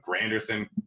Granderson